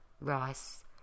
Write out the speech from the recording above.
rice